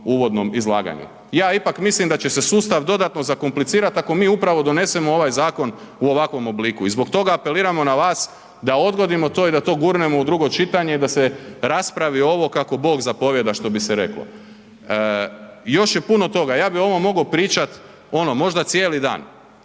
uvodnom izlaganju. Ja ipak mislim da će se sustav dodatno zakomplicirati ako mi upravo donesemo ovaj zakon u ovakvom obliku. I zbog toga apeliramo na vas da odgodimo to i da to gurnemo u drugo čitanje i da se raspravi ovo kako Bog zapovijeda što bi se reklo. Još je puno toga, ja bi o ovom mogao pričat ono možda cijeli dan.